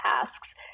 asks